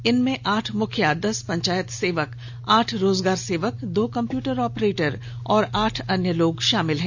इनमें आठ मुखिया दस पंचायत सेवक आठ रोजगार सेवक दो कंप्यूटर ऑपरेटर और आठ अन्य लोग शामिल हैं